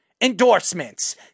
endorsements